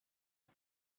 iyo